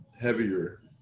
heavier